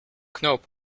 knoop